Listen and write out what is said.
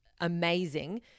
amazing